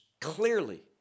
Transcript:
clearly